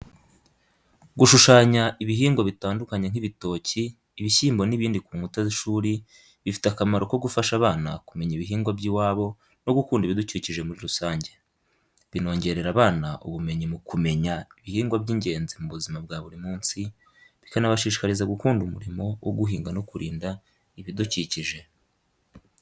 Gushushanya ibihingwa bitandukanye nk'ibitoki, ibishyimbo n'ibindi ku nkuta z’ishuri bifite akamaro ko gufasha abana kumenya ibihingwa by’iwabo no gukunda ibidukikije muri rusange. Binongerera abana ubumenyi mu kumenya ibihingwa by’ingenzi mu buzima bwa buri munsi, bikanabashishikariza gukunda umurimo wo guhinga no kurinda ibidukikije.